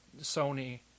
sony